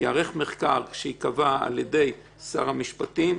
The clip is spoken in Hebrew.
שייערך מחקר שייקבע על-ידי שרי המשפטים,